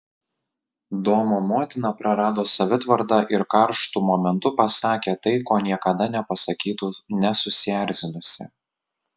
domo motina prarado savitvardą ir karštu momentu pasakė tai ko niekada nepasakytų nesusierzinusi